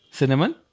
cinnamon